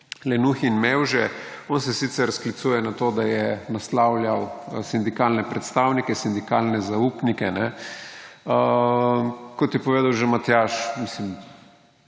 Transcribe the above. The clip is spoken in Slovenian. lenuhu in mevže. On se sicer sklicuje na to, da je naslavljal sindikalne predstavnike, sindikalne zaupnike. Kot je povedal že Matjaž, je